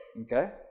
Okay